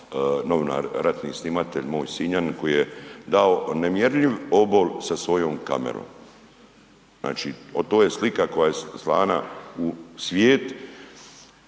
novinar, ratni snimatelj, moj Sinjanin koji je dao nemjerljiv obol sa svojom kamerom. Znači oto je slika koja je slana u svijet